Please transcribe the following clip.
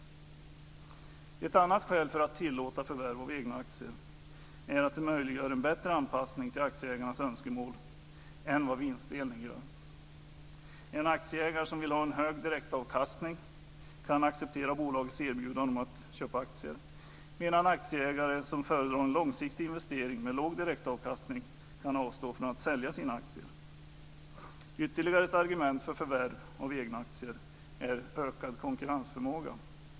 Ett annat skäl för att tillåta förvärv av egna aktier är att det möjliggör en bättre anpassning till aktieägarnas önskemål än vad vinstdelning gör. En aktieägare som vill ha en hög direktavkastning kan acceptera bolagets erbjudande om att köpa aktier, medan aktieägare som föredrar en långsiktig investering med låg direktavkastning kan avstå från att sälja sina aktier. Ytterligare ett argument för förvärv av egna aktier är ökad konkurrensförmåga.